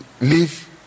leave